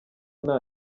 nta